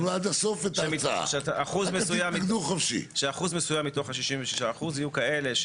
אחוז מסוים מתוך ה-66% יהיו כאלה,